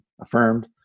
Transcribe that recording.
affirmed